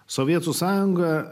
sovietų sąjunga